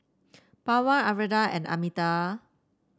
Pawan Arvind and Amitabh